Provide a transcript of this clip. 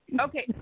Okay